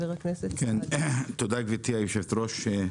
תודה גברתי היושבת ראש.